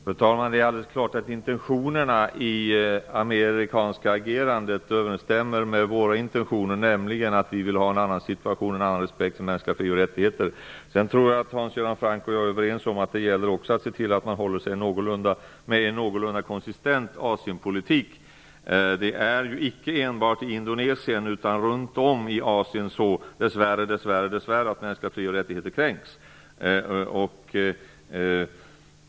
Fru talman! Det är alldeles klart att intentionerna bakom det amerikanska agerandet överensstämmer med våra intentioner, nämligen att vi vill ha en annan situation och en annan respekt för mänskliga fri och rättigheter. Jag tror att Hans Göran Franck och jag är överens om att det också gäller att se till att man håller sig med en någorlunda konsistent Asienpolitik. Mänskliga fri och rättigheter kränks ju icke enbart i Indonesien utan dess värre också runt om i Asien.